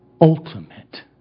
ultimate